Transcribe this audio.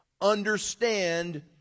understand